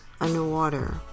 underwater